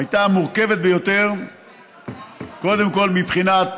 היא הייתה המורכבת ביותר קודם כול מבחינת